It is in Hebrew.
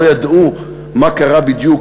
לא ידעו מה קרה בדיוק,